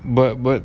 but but